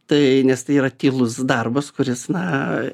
tai nes tai yra tylus darbas kuris na